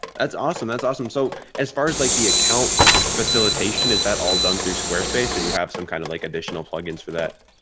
that's awesome. that's awesome. so as far as like the account facilitation, is that all done through squarespace or do you have some kind of like additional plugins for that?